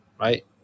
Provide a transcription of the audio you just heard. right